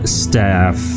staff